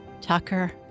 Tucker